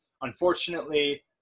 unfortunately